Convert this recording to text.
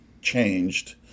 changed